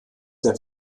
der